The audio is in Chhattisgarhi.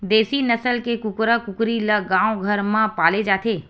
देसी नसल के कुकरा कुकरी ल गाँव घर म पाले जाथे